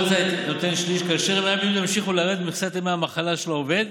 כל זה כאשר ימי הבידוד ימשיכו לרדת ממכסת ימי המחלה של העובד,